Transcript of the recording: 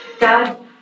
God